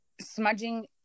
smudging